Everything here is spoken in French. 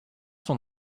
son